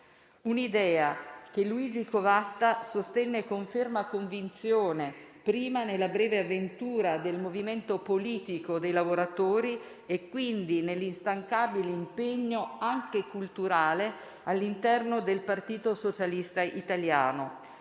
un'idea che Luigi Covatta sostenne con ferma convinzione, prima nella breve avventura del movimento politico dei lavoratori, e quindi nell'instancabile impegno anche culturale all'interno del partito socialista italiano,